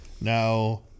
Now